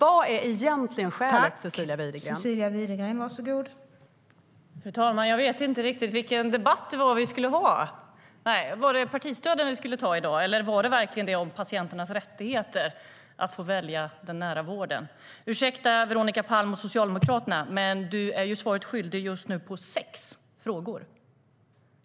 Fru talman! Vad var det egentligen för debatt vi skulle ha? Var det partistöden vi skulle ta i dag, eller var det detta om patienternas rättighet att få välja den nära vården? Ursäkta, Veronica Palm och Socialdemokraterna, men ni är just nu svaret skyldiga på sex frågor.